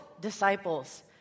disciples